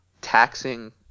taxing